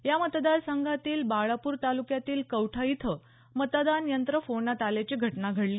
या मतदार संघातील बाळापूर तालुक्यातील कवठा इथं मतदान यंत्र फोडण्यात आल्याची घटना घडली